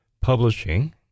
Publishing